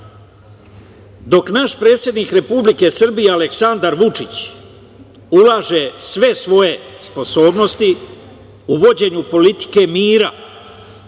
dok naš predsednik Republike Srbije, Aleksandar Vučić, ulaže sve svoje sposobnosti u vođenju politike mira,